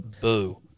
Boo